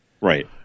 right